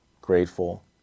grateful